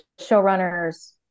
showrunners